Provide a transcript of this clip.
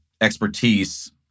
expertise